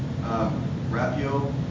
rapio